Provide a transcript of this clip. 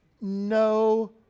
No